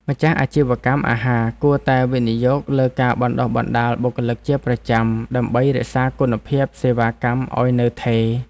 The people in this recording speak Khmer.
ម្ចាស់អាជីវកម្មអាហារគួរតែវិនិយោគលើការបណ្តុះបណ្តាលបុគ្គលិកជាប្រចាំ ដើម្បីរក្សាគុណភាពសេវាកម្មឱ្យនៅថេរ។